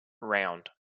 round